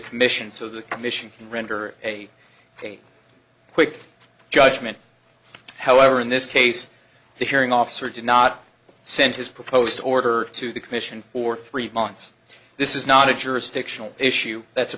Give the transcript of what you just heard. commission so the commission can render a quick judgment however in this case the hearing officer did not send his proposed order to the commission or three months this is not a jurisdictional issue that's a